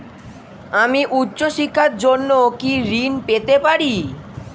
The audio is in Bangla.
আমি উচ্চশিক্ষার জন্য কি ঋণ পেতে পারি?